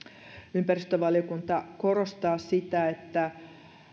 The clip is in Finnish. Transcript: ympäristövaliokunta korostaa sitä että